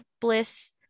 bliss